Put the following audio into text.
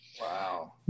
Wow